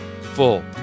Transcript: full